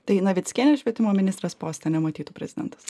tai navickienės švietimo ministrės poste nematytų prezidentas